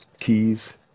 keys